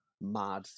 mad